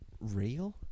real